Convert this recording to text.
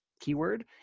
keyword